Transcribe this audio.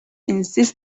insist